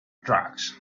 drugs